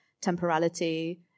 temporality